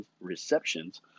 receptions